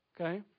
okay